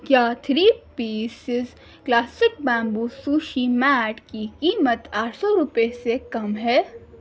کیا three pieces classic bamboo sushi mat کی قیمت آٹھ سو روپئے سے کم ہے